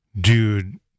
Dude